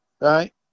Right